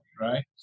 Right